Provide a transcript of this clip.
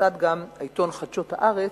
נוסד גם העיתון "חדשות הארץ",